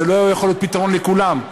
זה לא יכול להיות פתרון לכולם,